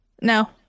No